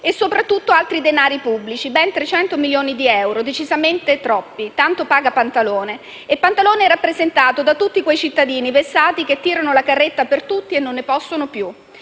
si spendono altri denari pubblici, ben 300 milioni di euro, decisamente troppi, ma tanto paga Pantalone. E Pantalone è rappresentato da tutti quei cittadini vessati che tirano la carretta per tutti e non ne possono più.